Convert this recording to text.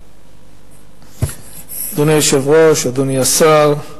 אדוני היושב-ראש, אדוני השר,